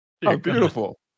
beautiful